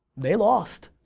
they lost.